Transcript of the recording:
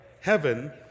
heaven